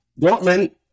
Dortmund